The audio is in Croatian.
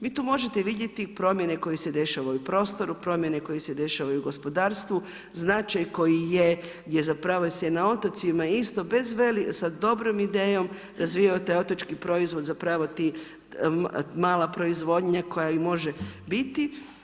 Vi tu možete vidjeti promjene koje se dešavaju u prostoru, promjene koje se dešavaju u gospodarstvu, značaj koji je gdje zapravo se i na otocima isto bez velikih, sa dobrom idejom razvija taj otočki proizvod, zapravo ta mala proizvodnja koja može biti.